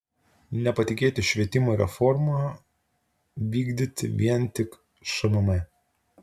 nepatikėti švietimo reformą vykdyti vien tik šmm